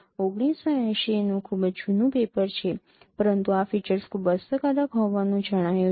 ૧૯૮૦ નું ખૂબ જ જૂનું પેપર છે પરંતુ આ ફીચર્સ ખૂબ અસરકારક હોવાનું જણાયું છે